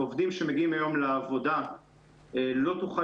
או עובדים שמגיעים היום לעבודה לא תוכל